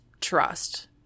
trust